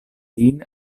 lin